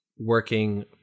working